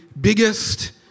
biggest